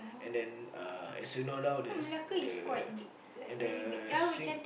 and then uh as sooner or now there's the and the sing